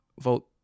vote